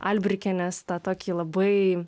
albrikienės tą tokį labai